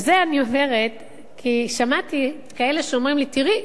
ואת זה אני אומרת כי שמעתי כאלה שאומרים לי: תראי,